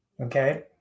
Okay